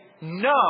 no